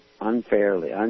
unfairly